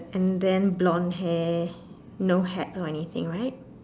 and then blonde hair no hat or anything right